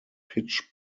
pitch